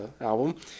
album